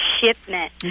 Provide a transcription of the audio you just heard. shipment